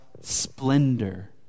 splendor